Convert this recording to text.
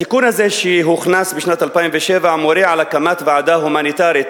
התיקון הזה שהוכנס בשנת 2007 מורה על הקמת ועדה הומניטרית